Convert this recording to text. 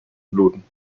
bluten